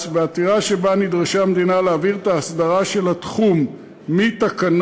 בעתירה שבה נדרשה המדינה להעביר את ההסדרה של התחום מתקנות